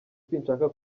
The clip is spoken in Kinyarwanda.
sinshaka